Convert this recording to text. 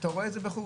אתה רואה את זה בחוץ.